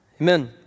Amen